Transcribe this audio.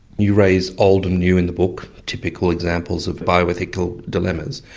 you raise old and new in the book, typical examples of bioethical dilemmas.